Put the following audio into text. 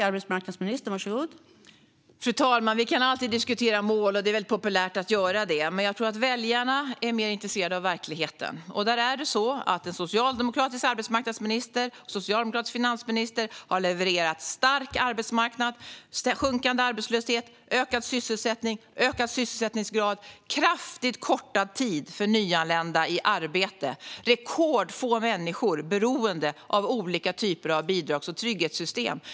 Fru talman! Vi kan alltid diskutera mål, och det är väldigt populärt att göra det. Men jag tror att väljarna är mer intresserade av verkligheten. En socialdemokratisk arbetsmarknadsminister och en socialdemokratisk finansminister har levererat stark arbetsmarknad, sjunkande arbetslöshet, ökad sysselsättning, ökad sysselsättningsgrad och kraftigt kortad tid för nyanlända i arbete. Det är rekordfå människor som är beroende av olika typer av bidrags och trygghetssystem.